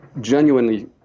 genuinely